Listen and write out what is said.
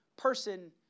person